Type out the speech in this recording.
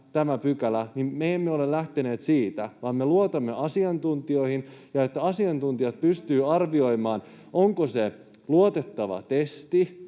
tämä pykälä. Me emme ole lähteneet siitä, vaan me luotamme asiantuntijoihin ja siihen, että asiantuntijat pystyvät arvioimaan, onko se luotettava testi,